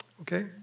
Okay